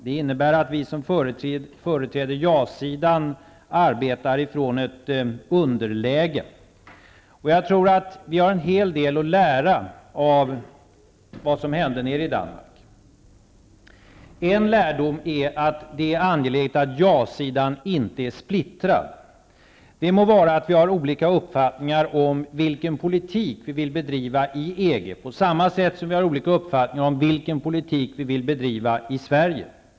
Det innebär att vi som företräder ja-sidan arbetar från ett underläge. Jag tror att vi har en hel del att lära av vad som hände i Danmark. En lärdom är att det är angeläget att ja-sidan inte är splittrad. Det må vara att vi har olika uppfattningar om vilken politik som vi vill bedriva i EG -- på samma sätt som vi har olika uppfattningar om vilken politik vi vill bedriva i Sverige.